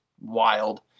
wild